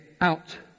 out